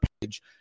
page